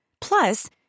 Plus